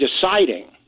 deciding